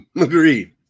Agreed